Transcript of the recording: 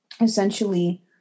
essentially